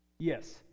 Yes